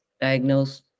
diagnosed